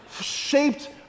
shaped